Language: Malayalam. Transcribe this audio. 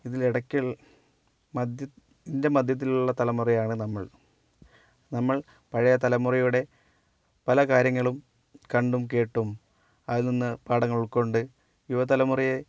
ഇതിൽ ഇടയ്ക്ക് മദ്യത്തിൻ്റെ മധ്യത്തിലുള്ള തലമുറയാണ് നമ്മൾ നമ്മൾ പഴയ തലമുറയുടെ പല കാര്യങ്ങളും കണ്ടും കേട്ടും അതിൽ നിന്ന് പാഠങ്ങൾ ഉൾക്കൊണ്ട് യുവ തലമുറയെ